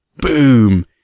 Boom